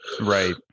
Right